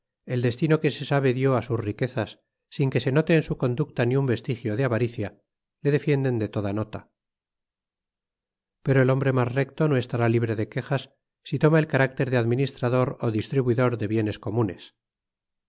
el destino que se sabe lió á sus riquezas sin que se note en su conducta ni irt vestigio de avaricia le defienden de toda nota pero el hombre mas recto no i star libre de quejas si toma el carácter de administrador o distribu de bienes comunes